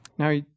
Now